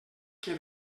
que